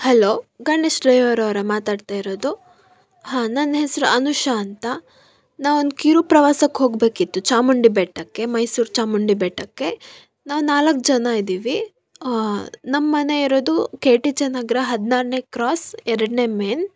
hello Ganesh ಡ್ರೈವರವರಾ ಮಾತಾಡ್ತಾ ಇರೋದು ಹಾಂ ನನ್ನ ಹೆಸ್ರು ಅನುಷಾ ಅಂತ ನಾವು ಒಂದು ಕಿರು ಪ್ರವಾಸಕ್ಕೆ ಹೋಗಬೇಕಿತ್ತು ಚಾಮುಂಡಿ ಬೆಟ್ಟಕ್ಕೆ ಮೈಸೂರು ಚಾಮುಂಡಿ ಬೆಟ್ಟಕ್ಕೆ ನಾವು ನಾಲ್ಕು ಜನ ಇದ್ದೀವಿ ನಮ್ಮ ಮನೆ ಇರೋದು ಕೆ ಟಿ ಜೆ ನಗರ ಹದಿನಾರನೇ ಕ್ರಾಸ್ ಎರಡನೇ ಮೇನ್